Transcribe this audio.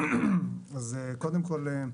קודם כל,